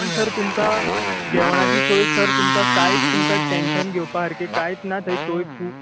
पूण सर तुमकां जेवणाची सोय सर तुमका कांयच तुमकां टेन्शन घेवपा सारकें थंय कांयच ना थंय सोय खूब